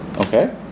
Okay